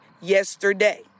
yesterday